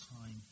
Time